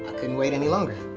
couldn't wait any longer.